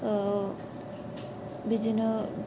बिदिनो